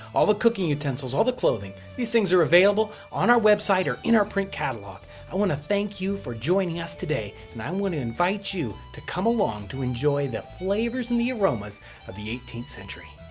all the cooking utensils, all the clothing, these things are available on our website or in our print catalog. i want to thank you for joining us today and i um want to invite you to come along to enjoy the flavors and the aromas of the eighteenth century.